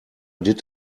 did